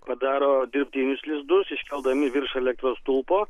padaro dirbtinius lizdus iškeldami virš elektros stulpo